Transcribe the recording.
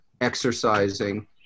exercising